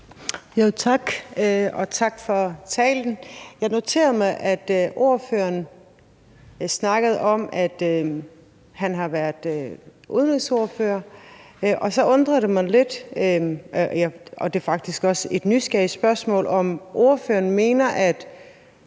Tak, og tak for talen. Jeg noterede mig, at ordføreren snakkede om, at han har været udenrigsordfører. Og så undrede det mig lidt, om ordføreren mener – og det er faktisk også et nysgerrigt spørgsmål – at EU-politik er det